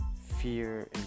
fear